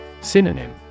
Synonym